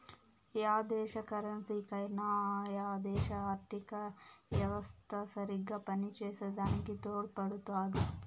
yeah దేశ కరెన్సీకైనా ఆ దేశ ఆర్థిత యెవస్త సరిగ్గా పనిచేసే దాని తోడుపడుతాది